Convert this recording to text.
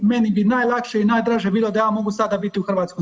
Meni bi najlakše i najdraže bilo da ja mogu sada biti u HS.